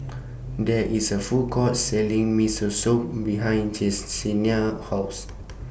There IS A Food Court Selling Miso Soup behind Jessenia's House